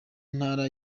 ntara